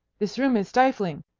this room is stifling,